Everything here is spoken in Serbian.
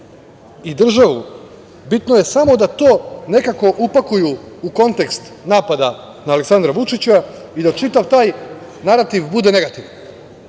i državu. Bitno je samo da to nekako upakuju u kontekst napada na Aleksandra Vučića i da čitav taj narativ bude negativan. Evo,